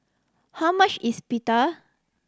how much is Pita